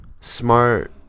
smart